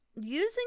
Using